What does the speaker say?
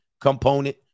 component